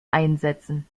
einsetzen